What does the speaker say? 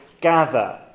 gather